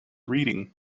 reading